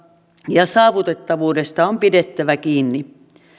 ja saavutettavuudesta on pidettävä kiinni